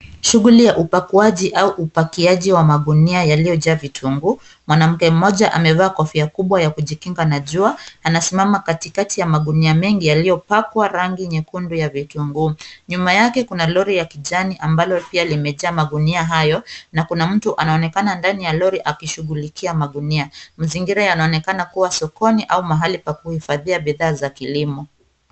Shughuli ya upakuaji au upakiaji wa magunia yaliyojaa vitunguu, mwanamke mmoja amevaa kofia kubwa ya kujikinga na jua, anasimama katikati ya magunia mengi yaliyopakwa rangi nyekundu ya vitunguu. Nyuma yake kuna lori ya kijani ambalo pia limejaa magunia hayo na kuna mtu anaonekana ndani ya lori akishughulikia magunia. Mazingira yanaonekana kuwa sokoni au mahali pa kuhifadhia bidhaa za kilimo.